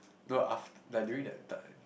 no af~ like during that time